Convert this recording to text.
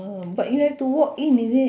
um but you have to walk in is it